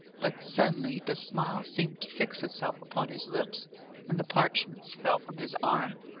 but suddenly the smile seemed to fix itself upon his lips and the parchments fell from his arm,